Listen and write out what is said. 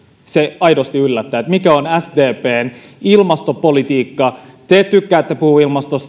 se aidosti yllättää mikä on sdpn ilmastopolitiikka te tykkäätte puhua